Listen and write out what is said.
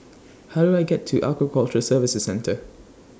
How Do I get to Aquaculture Services Centre